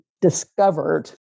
discovered